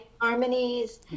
harmonies